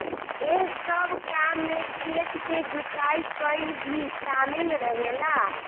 एह सब काम में खेत के जुताई कईल भी शामिल रहेला